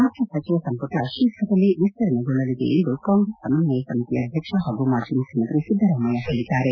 ರಾಜ್ಯ ಸಚಿವ ಸಂಪುಟ ಶೀಘ್ರದಲ್ಲೇ ವಿಸ್ತರಣೆಗೊಳ್ಳಲಿದೆ ಎಂದು ಸಮಸ್ವಯ ಸಮಿತಿ ಆಧ್ಯಕ್ಷ ಹಾಗೂ ಮಾಜಿ ಮುಖ್ಯಮಂತ್ರಿ ಸಿದ್ದರಾಮಯ್ಯ ಹೇದ್ದಾರೆ